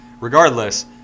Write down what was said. Regardless